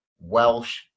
welsh